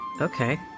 okay